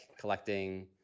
collecting